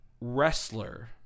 wrestler